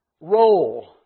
Role